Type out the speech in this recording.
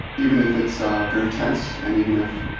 even if it's ah very tense and even if,